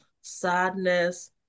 sadness